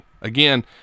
Again